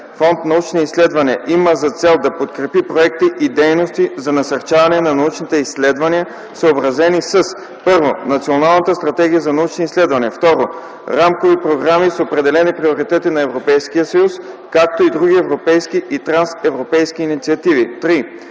Фонд „Научни изследвания” има за цел да подкрепи проекти и дейности за насърчаване на научните изследвания, съобразени със: 1. Националната стратегия за научни изследвания; 2. рамкови програми с определени приоритети на Европейския съюз, както и други европейски и трансевропейски инициативи; 3.